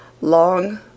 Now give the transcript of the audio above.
Long